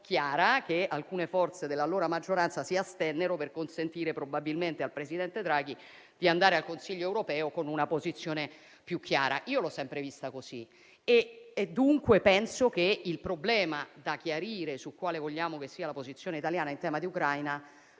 chiara che alcune forze dell'allora maggioranza si astennero per consentire probabilmente al presidente Draghi di andare al Consiglio europeo con una posizione più chiara. Io l'ho sempre vista così. Dunque, penso che il problema da chiarire, sul quale vogliamo che sia la posizione italiana in tema di Ucraina,